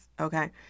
okay